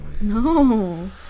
No